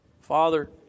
Father